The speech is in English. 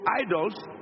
idols